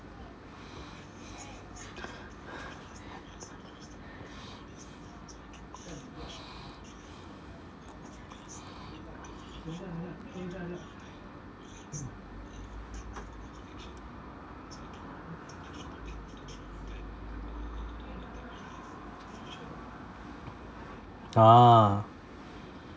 a'ah